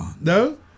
no